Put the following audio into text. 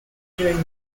during